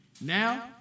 Now